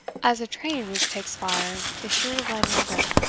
as a train which takes fire is sure to light another,